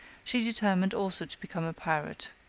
she determined also to become a pirate.